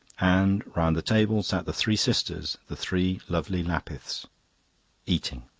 and round the table sat the three sisters, the three lovely lapiths eating!